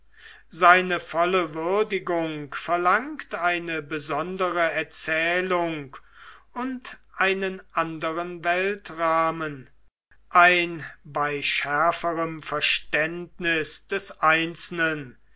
seine volle würdigung verlangt eine besondere erzählung und einen anderen weltrahmen ein bei schärferem verständnis des einzelnen